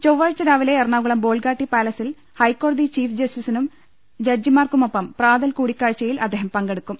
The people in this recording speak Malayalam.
ചൊവ്വാഴ്ച രാവിലെ എറണാകുളം ബോൾഗാട്ടി പാലസിൽ ഹൈക്കോടതി ചീഫ് ജസ്റ്റിസിനും ജഡ്ജിമാർക്കു മൊപ്പം പ്രാതൽ കൂടിക്കാഴ്ചയിൽ അദ്ദേഹം പങ്കെടുക്കും